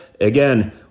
Again